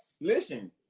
Listen